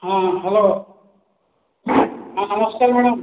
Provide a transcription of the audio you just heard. ହଁ ହ୍ୟାଲୋ ହଁ ନମସ୍କାର ମ୍ୟାଡ଼ାମ